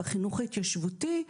בחינוך ההתיישבותי,